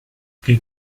che